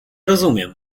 rozumiem